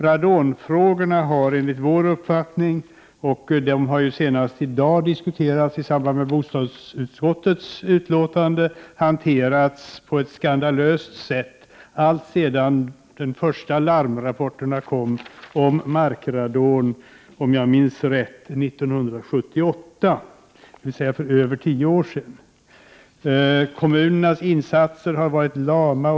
Radonfrågorna, som senast i dag diskuterades vid behandlingen av bostadsutskottets betänkanden, har enligt vår uppfattning hanterats på ett skandalöst sätt, allt sedan de första larmrapporterna om markradon kom —-om jag minns rätt — 1978, dvs. för över tio år sedan. Kommunernas insatser har varit lama.